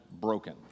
broken